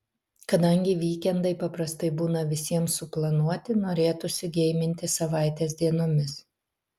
kadangi vykendai paprastai būna visiems suplanuoti norėtųsi geiminti savaitės dienomis